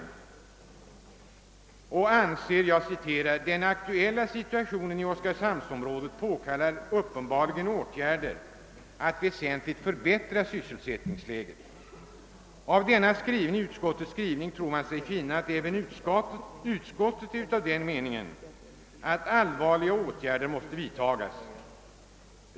Utskottet skriver i detta sammanhang: »Den aktuella situationen i oskarshamnsområdet påkallar uppenbarligen åtgärder i syfte att väsentligt förbättra sysselsättningsläget.» Av denna skrivning tror man sig finna att även utskottet är av den meningen att allvarliga åtgärder måste vidtas.